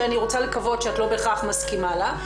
שאני רוצה לקוות שאת לא בהכרח מסכימה לה,